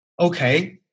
okay